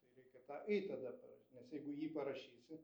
tai reikia tą y tada para nes jeigu y parašysi